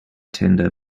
tender